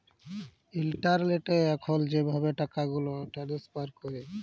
ইলটারলেটে এখল যেভাবে টাকাগুলা টেলেস্ফার ক্যরে